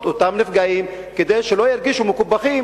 את אותם נפגעים כדי שלא ירגישו מקופחים,